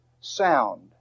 sound